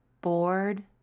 bored